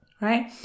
right